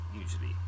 usually